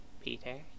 Peter